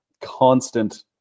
constant